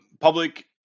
public